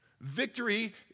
victory